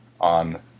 on